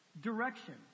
direction